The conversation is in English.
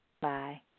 Bye